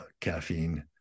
caffeine